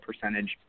percentage